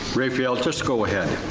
raphael, just go ahead,